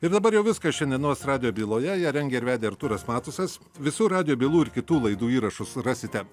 ir dabar jau viskas šiandienos radijo byloje ją rengė ir vedė artūras matusas visų radijo bylų ir kitų laidų įrašus rasite